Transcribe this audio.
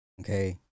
Okay